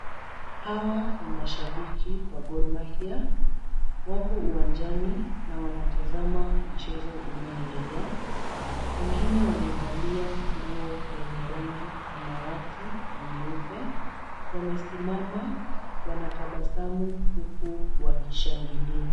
Hawa ni mashabiki wa Gor Mahia. Wako uwanjani na wanatazama mchezo unaoendelea. Wengine wamevalia nguo lenye rangi samawati na nyeupe. Wamesimama, wanatabasamu huku wakishangilia.